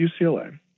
UCLA